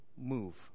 move